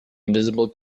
invisible